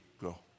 go